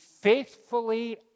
faithfully